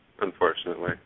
unfortunately